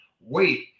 wait